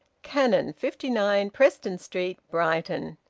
cannon, fifty nine preston street, brighton.